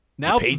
Now